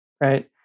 right